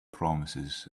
promises